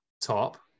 top